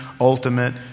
ultimate